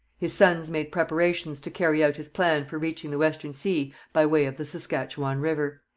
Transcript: his sons made preparations to carry out his plan for reaching the western sea by way of the saskatchewan river.